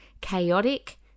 chaotic